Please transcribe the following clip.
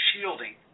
shielding